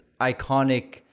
iconic